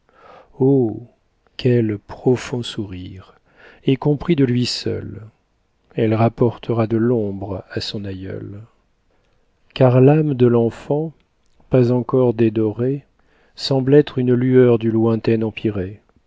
oh quel profond sourire et compris de lui seul elle rapportera de l'ombre à son aïeul car l'âme de l'enfant pas encor dédorée semble être une lueur du lointain empyrée